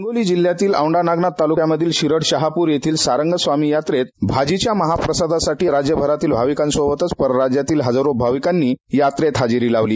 हिंगोली जिल्ह्यातील औंढा नागनाथ तालुक्यांमधील शिरड शहापूर येथील सारंग स्वामी यात्रेत भाजीच्या महाप्रसादासाठी राज्यभरातील भाविकासोबतच परराज्यातील हजारो भाविकानी यात्रेस हजेरी लावली